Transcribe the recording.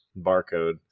barcode